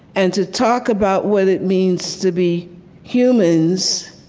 and to talk about what it means to be humans is